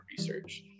research